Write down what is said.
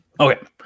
Okay